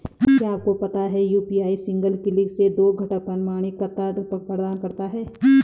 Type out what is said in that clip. क्या आपको पता है यू.पी.आई सिंगल क्लिक से दो घटक प्रमाणिकता प्रदान करता है?